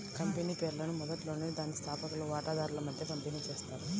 company షేర్లను మొదట్లోనే దాని స్థాపకులు వాటాదారుల మధ్య పంపిణీ చేస్తారు